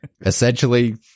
Essentially